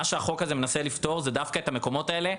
מה שהחוק הזה מנסה לפטור זה דווקא את המקומות האלה,